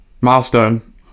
milestone